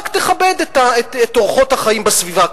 רק תכבד את אורחות החיים בסביבה.